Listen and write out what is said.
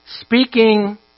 speaking